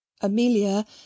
Amelia